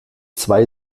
zwei